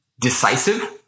decisive